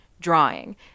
drawing